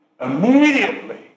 Immediately